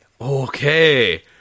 Okay